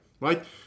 right